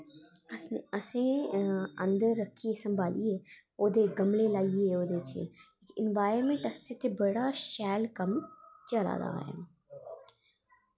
अस असें अन्दर रक्खियै सम्भालियै ओह्दे गमले लाइयै ओह्दे च एनवायरमेंट असें इत्थें बड़ा शैल कम्म चला दा ऐ